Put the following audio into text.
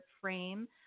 frame